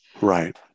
Right